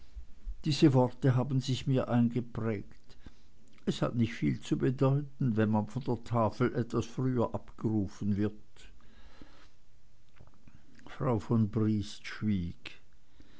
diese worte haben sich mir eingeprägt es hat nicht viel zu bedeuten wenn man von der tafel etwas früher abgerufen wird frau von briest schwieg